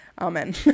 Amen